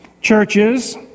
churches